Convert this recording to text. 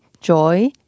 Joy